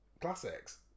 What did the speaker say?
classics